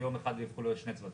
ביום אחד הם הפכו להיות שני צוותים.